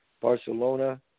Barcelona